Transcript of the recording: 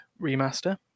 remaster